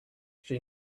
she